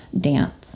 dance